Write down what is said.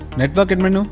network admin?